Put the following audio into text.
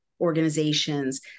organizations